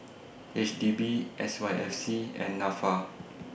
H D B S Y F C and Nafa